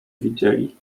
widzieli